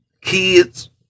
kids